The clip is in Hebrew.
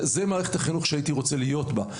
זאת מערכת החינוך שהייתי רוצה להיות בה.